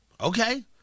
Okay